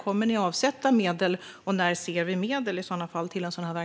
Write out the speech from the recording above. Kommer ni att avsätta medel till en sådan verksamhet och i så fall när?